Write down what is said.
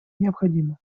необходимо